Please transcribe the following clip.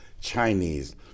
Chinese